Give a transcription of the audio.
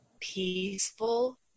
peaceful